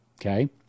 Okay